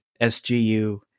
SGU